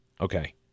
Okay